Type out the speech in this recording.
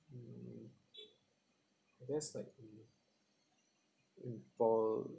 mm I guess like we mm fall